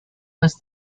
was